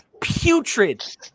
putrid